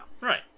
Right